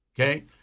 Okay